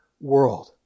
world